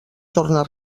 torna